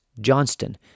Johnston